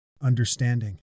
understanding